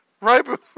right